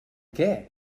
què